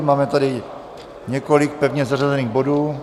Máme tady několik pevně zařazených bodů.